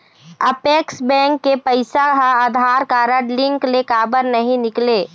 Apex bank के पैसा हा आधार कारड लिंक ले काबर नहीं निकले?